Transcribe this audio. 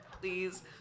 please